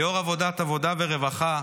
ליו"ר ועדת העבודה והרווחה,